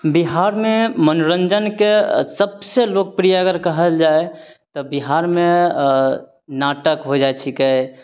बिहारमे मनोरंजनके सबसँ लोकप्रिय अगर कहल जाय तऽ बिहारमे नाटक हो जाइ छीकै